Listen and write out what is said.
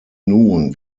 nun